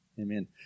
amen